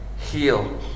heal